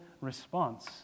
response